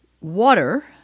water